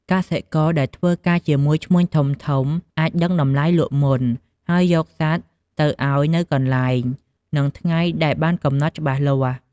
កសិករដែលធ្វើការជាមួយឈ្មួញធំៗ អាចដឹងតម្លៃលក់មុន ហើយយកសត្វទៅឲ្យនៅកន្លែង និងថ្ងៃដែលបានកំណត់ច្បាស់លាស់។